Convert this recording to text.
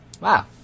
Wow